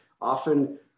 Often